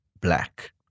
black